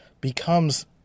becomes